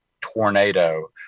tornado